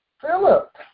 Philip